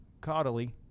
caudally